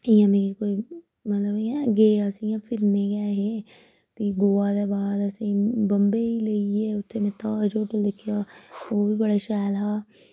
इ'यां मिगी कोई मतलब गे असें फिरने गै हे फ्ही गोवा दे बाद असें बंबई लेइयै गे ताज होटल दिक्खेआ ओह् बी बड़ा शैल हा